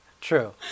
True